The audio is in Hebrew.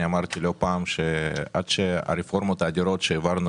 אני אמרתי לא פעם שעד שהרפורמות האדירות שהעברנו